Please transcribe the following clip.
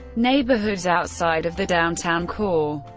neighborhoods outside of the downtown core,